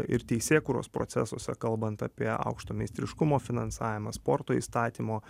ir teisėkūros procesuose kalbant apie aukšto meistriškumo finansavimą sporto įstatymo